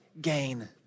gain